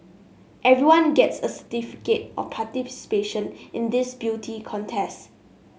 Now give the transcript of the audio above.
everyone gets a certificate of participation in this beauty contest